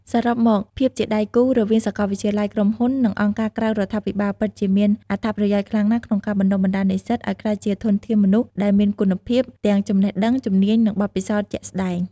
សរុបមក ភាពជាដៃគូរវាងសាកលវិទ្យាល័យ ក្រុមហ៊ុន និងអង្គការក្រៅរដ្ឋាភិបាលពិតជាមានអត្ថប្រយោជន៍ខ្លាំងក្នុងការបណ្ដុះបណ្ដាលនិស្សិតឲ្យក្លាយជាធនធានមនុស្សដែលមានគុណភាពខ្ពស់ ទាំងចំណេះដឹង ជំនាញ និងបទពិសោធន៍ជាក់ស្ដែង។